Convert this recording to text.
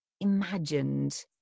imagined